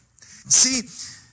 See